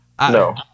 no